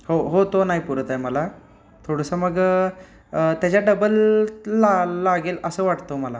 हो हो तो नाही पुरत आहे मला थोडंसं मग त्याच्या डबल ला लागेल असं वाटतो मला